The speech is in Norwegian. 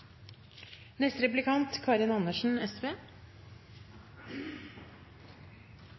Neste replikant